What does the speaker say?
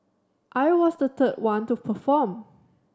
I was the third one to perform